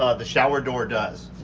ah the shower door does.